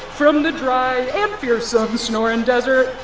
from the dry and fearsome sonoran desert,